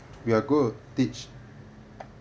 we're going to teach